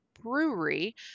brewery